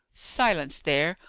silence, there!